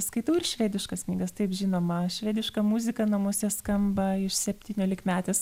skaitau ir švediškas knygas taip žinoma švediška muzika namuose skamba iš septyniolikmetės